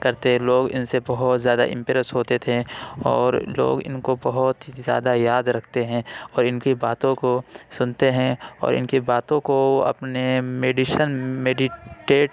كرتے لوگ اِن سے بہت زیادہ امپریس ہوتے تھے اور لوگ اِن كو بہت ہی زیادہ یاد ركھتے ہیں اور اِن كی باتوں كو سُنتے ہیں اور اِن كی باتوں كو اپنے میڈیشن میڈیٹیٹ